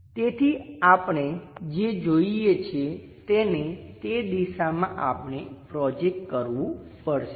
તેથી આપણે જે જોઈએ છીએ તેને તે દિશામાં આપણે પ્રોજેક્ટ કરવું પડશે